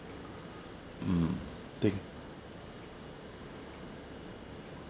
mm thing